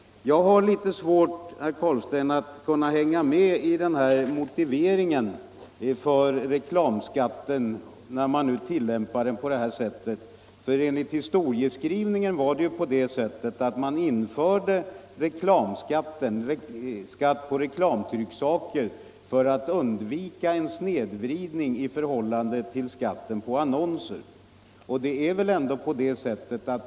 Jag har litet svårt, herr Carlstein, att hänga med i den här motiveringen för reklamskatten, när man tillämpar den på detta sätt. Enligt historieskrivningen införde man ju skatt på reklamtrycksaker för att undvika en snedvridning i förhållandet till skatt på annonser.